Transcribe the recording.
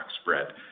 spread